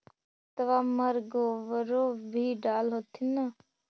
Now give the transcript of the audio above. खेतबा मर गोबरो भी डाल होथिन न?